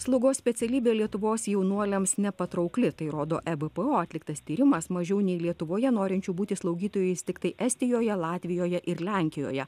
slaugos specialybė lietuvos jaunuoliams nepatraukli tai rodo ebpo atliktas tyrimas mažiau nei lietuvoje norinčių būti slaugytojais tiktai estijoje latvijoje ir lenkijoje